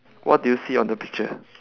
what do you see on the picture